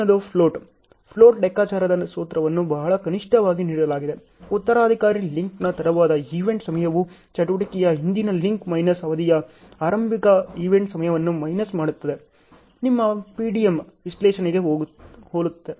ಮುಂದಿನದು float float ಲೆಕ್ಕಾಚಾರದ ಸೂತ್ರವನ್ನು ಬಹಳ ಸ್ಪಷ್ಟವಾಗಿ ನೀಡಲಾಗಿದೆ ಉತ್ತರಾಧಿಕಾರಿ ಲಿಂಕ್ನ ತಡವಾದ ಈವೆಂಟ್ ಸಮಯವು ಚಟುವಟಿಕೆಯ ಹಿಂದಿನ ಲಿಂಕ್ ಮೈನಸ್ ಅವಧಿಯ ಆರಂಭಿಕ ಈವೆಂಟ್ ಸಮಯವನ್ನು ಮೈನಸ್ ಮಾಡುತ್ತದೆ ನಿಮ್ಮ PDM ವಿಶ್ಲೇಷಣೆಗೆ ಹೋಲುತ್ತದೆ